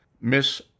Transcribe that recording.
Miss